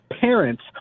parents